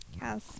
Yes